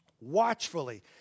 watchfully